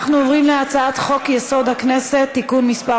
אנחנו עוברים להצעת חוק-יסוד: הכנסת (תיקון מס'